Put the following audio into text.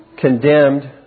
condemned